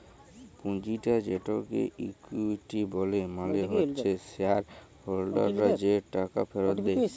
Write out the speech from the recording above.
পুঁজিটা যেটাকে ইকুইটি ব্যলে মালে হচ্যে শেয়ার হোল্ডাররা যে টাকা ফেরত দেয়